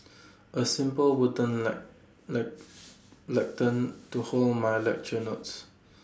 A simple wooden lectern to hold my lecture notes